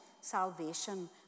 Salvation